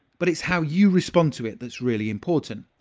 but it's how you respond to it that's really important.